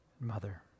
mother